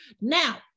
now